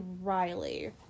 Riley